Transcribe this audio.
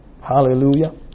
Hallelujah